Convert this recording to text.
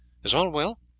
is all well?